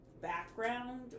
background